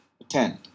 Attend